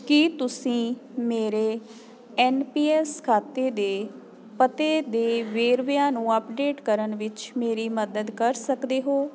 ਕੀ ਤੁਸੀਂ ਮੇਰੇ N P S ਖਾਤੇ ਦੇ ਪਤੇ ਦੇ ਵੇਰਵਿਆਂ ਨੂੰ ਅਪਡੇਟ ਕਰਨ ਵਿੱਚ ਮੇਰੀ ਮਦਦ ਕਰ ਸਕਦੇ ਹੋ